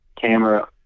camera